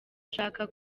ushaka